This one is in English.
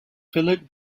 philip